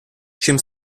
чим